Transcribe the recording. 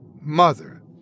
mother